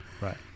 Right